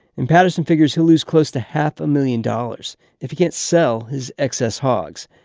and patterson figures he'll lose close to half a million dollars if he can't sell his excess hogs,